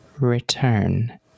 return